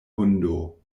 hundo